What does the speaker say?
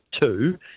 two